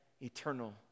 eternal